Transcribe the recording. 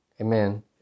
Amen